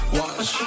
watch